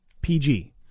PG